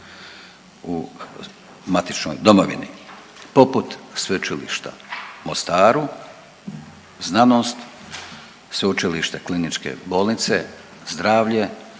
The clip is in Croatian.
u matičnoj domovini poput Sveučilišta u Mostaru, znanost, Sveučilište kliničke bolnice zdravlje